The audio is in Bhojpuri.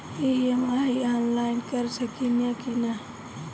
ई.एम.आई आनलाइन कर सकेनी की ना?